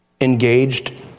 engaged